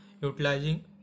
utilizing